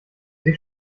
sie